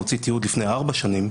הוציא תיעוד לפני ארבע שנים,